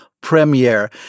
premiere